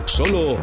solo